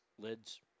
Lids